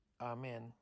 Amen